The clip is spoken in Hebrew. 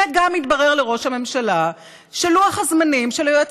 וגם התברר לראש הממשלה שלוח הזמנים של היועץ